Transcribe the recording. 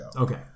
Okay